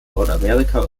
nordamerika